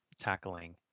tackling